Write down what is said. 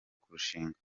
kurushinga